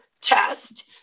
test